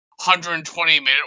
120-minute